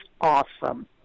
awesome